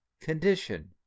condition